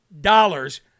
dollars